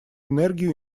энергию